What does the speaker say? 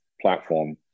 platform